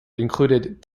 included